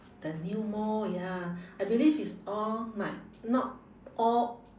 the new mall ya I believe it's all like not all